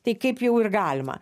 tai kaip jau ir galima